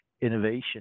innovation